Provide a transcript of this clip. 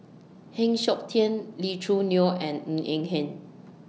Heng Siok Tian Lee Choo Neo and Ng Eng Hen